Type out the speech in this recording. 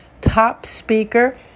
topspeaker